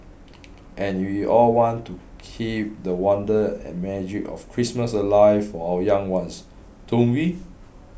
and we all want to keep the wonder and magic of Christmas alive for our young ones don't we